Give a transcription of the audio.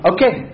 Okay